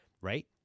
right